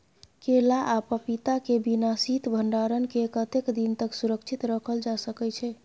केला आ पपीता के बिना शीत भंडारण के कतेक दिन तक सुरक्षित रखल जा सकै छै?